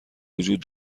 وجود